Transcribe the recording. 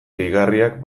gehigarriak